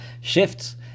shifts